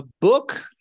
book